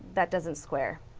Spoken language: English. that doesn't square.